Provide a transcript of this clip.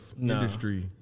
Industry